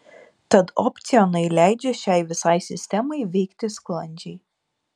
tad opcionai leidžia šiai visai sistemai veikti sklandžiai